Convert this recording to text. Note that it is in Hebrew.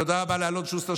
תודה רבה לאלון שוסטר,